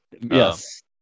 yes